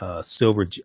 silver